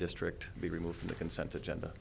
district be removed from the consent agenda